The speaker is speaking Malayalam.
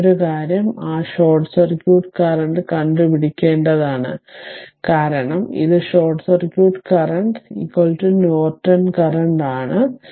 മറ്റൊരു കാര്യം ആ ഷോർട്ട് സർക്യൂട്ട് കറന്റ് കണ്ടുപിടിക്കേണ്ടതാണ് കാരണം ഇത് short circuit current Norton current ആണ്